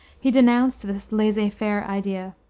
he denounced this laissez faire idea.